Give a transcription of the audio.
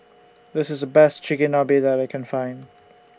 This IS Best Chigenabe that I Can Find